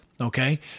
okay